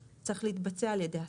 צריך להתבצע על ידי השר.